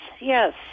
yes